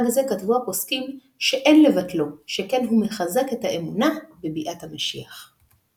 יש לעשות הפרדה בין מנהגים שהם זכר לחורבן לבין מנהגים שהם זכר למקדש.